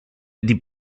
dei